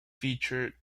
featured